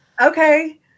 Okay